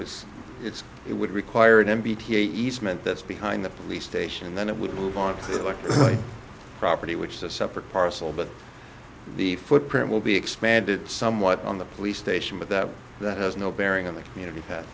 was it's it would require an m p t easement that's behind the police station and then it would move on to the property which is a separate parcel but the footprint will be expanded somewhat on the police station but that that has no bearing on the community